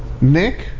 Nick